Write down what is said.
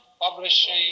Publishing